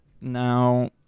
Now